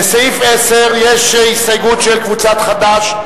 לסעיף 10 יש הסתייגות של קבוצת חד"ש,